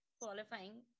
qualifying